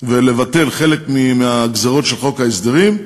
ולבטל חלק מהגזירות של חוק ההסדרים,